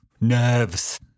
Nerves